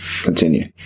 continue